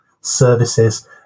services